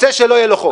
רוצה שלא יהיה לו חוק,